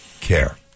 care